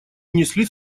унесли